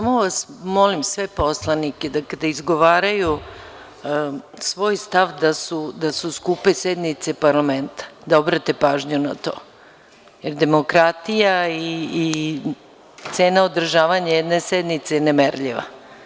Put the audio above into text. Molim sve poslanike da kada izgovaraju svoj stav da su skupe sednice parlamenta, obrate pažnju na to, jer demokratija i cena održavanja jedne sednice je nemerljiva.